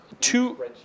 Two